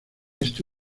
este